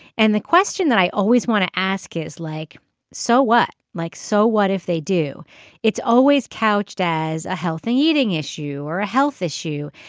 and the question that i always want to ask is like so what. like so what if they do it's always couched as a healthy eating issue or a health issue.